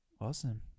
Awesome